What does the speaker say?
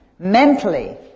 mentally